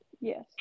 Yes